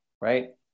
right